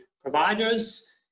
providers